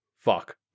fuck